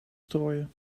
strooien